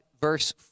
verse